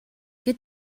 get